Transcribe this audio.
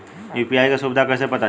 UPI क सुविधा कैसे पता चली?